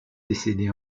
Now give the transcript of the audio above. décédés